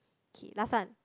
okay last one